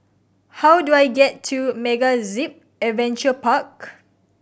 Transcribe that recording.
how do I get to MegaZip Adventure Park